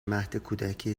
مهدکودکی